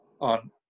on